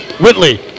Whitley